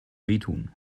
wehtun